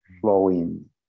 flowing